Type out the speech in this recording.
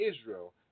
Israel